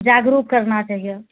जागरूक करना चाहिए